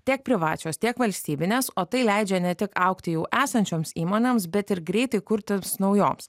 tiek privačios tiek valstybinės o tai leidžia ne tik augti jau esančioms įmonėms bet ir greitai kurtis naujoms